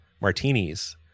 martinis